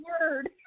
word